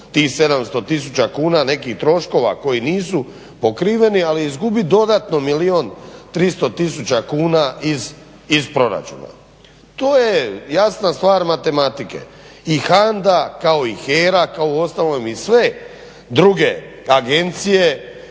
700000 kuna nekih troškova koji nisu pokriveni, ali izgubit dodatno milijun 300 tisuća kuna iz proračuna. To je jasna stvar matematike. I HANDA kao i HERA kao uostalom i sve druge agencije